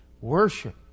worship